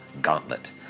gauntlet